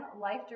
life